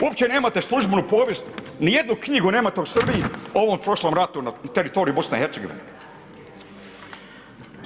Uopće nemate službenu povijest, nijednu knjigu nemate u Srbiji o ovom prošlom ratu na teritoriju BiH-a.